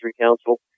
council